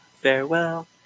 farewell